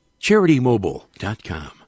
CharityMobile.com